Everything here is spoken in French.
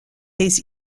des